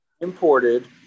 imported